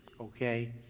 Okay